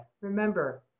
Remember